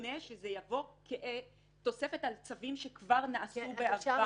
מובנה ושזה יבוא כתוספת על צווים שכבר נעשו בעבר.